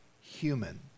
human